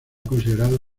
considerado